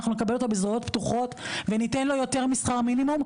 אנחנו נקבל אותו בזרועות פתוחות וניתן לו יותר משכר מינימום,